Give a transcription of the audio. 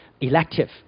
elective